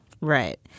Right